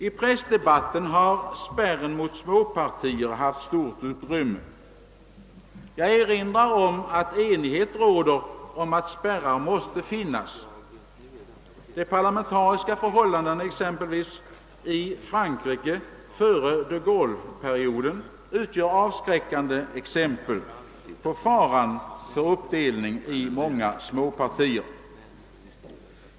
I pressdebatten har frågan om spärren mot småpartierna fått stort utrymme, Jag erinrar om att enighet råder om att spärrar måste finnas. De parlamentariska förhållandena, låt mig säga i Frankrike före de Gaulle-perioden, utgör avskräckande exempel på faran av uppdelning i många småpartier.